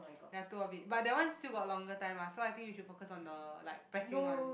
ya two of it but the one still got longer time lah so I think you should focus on the like pressing one